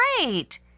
Great